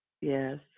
Yes